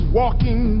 walking